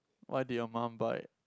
why did your mum buy